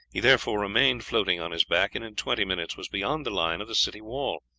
he therefore remained floating on his back, and in twenty minutes was beyond the line of the city wall.